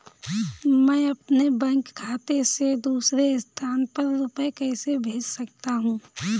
मैं अपने बैंक खाते से दूसरे स्थान पर रुपए कैसे भेज सकता हूँ?